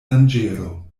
danĝero